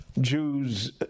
Jews